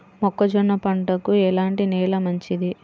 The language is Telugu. మొక్క జొన్న పంటకు ఎలాంటి నేల మంచిది?